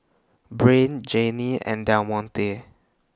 Brain Janine and Demonte